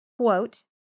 quote